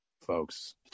folks